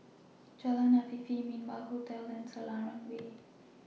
Jalan Afifi Min Wah Hotel and Selarang Way